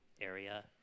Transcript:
area